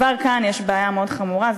כבר כאן יש בעיה מאוד חמורה.